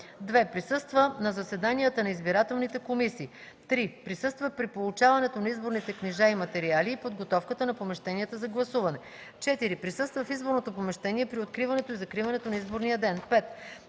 2. присъства на заседанията на избирателните комисии; 3. присъства при получаването на изборните книжа и материали и подготовката на помещенията за гласуване; 4. присъства в изборното помещение при откриването и закриването на изборния ден; 5.